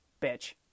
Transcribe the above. Bitch